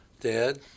Dad